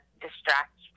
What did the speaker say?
distract